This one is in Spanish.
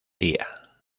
día